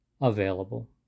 available